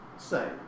Say